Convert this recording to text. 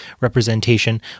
representation